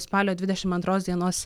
spalio dvidešim antros dienos